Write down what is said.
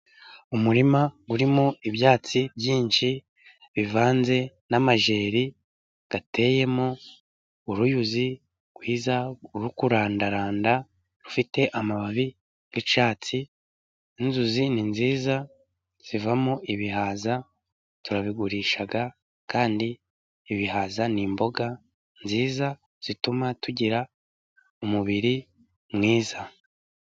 Umurima urimo ibyatsi byinshi bivanze n'amajeri, uteyemo uruyuzi rwiza ruri kurandaranda, rufite amababi y'icyatsi. Inzuzi ni nziza zivamo ibihaza, turabigurisha ,kandi ibihaza ni imboga nziza zituma tugira umubiri mwiza.